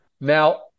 Now